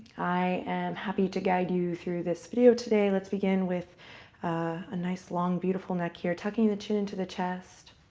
i am happy to guide you through this video today. let's begin with a nice, long, beautiful neck here, tucking the chin and to the chest.